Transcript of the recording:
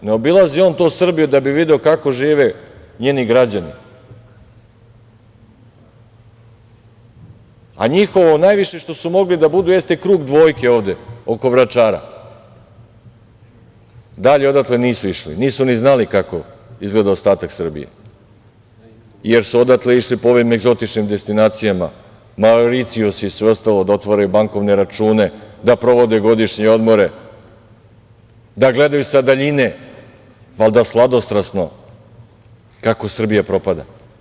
Ne obilazi on to Srbiju da bi video kako žive njeni građani, a njihovo najviše što su mogli da budu jeste krug dvojke ovde oko Vračara, dalje odatle nisu išli, nisu ni znali kako izgleda ostatak Srbije, jer su odatle išli po ovim egzotičnim destinacijama Mauricijus i sve ostalo, da otvore bankovne račune, da provode godišnje odmore, da gledaju sa daljine, valjda sladostrasno kako Srbija propada.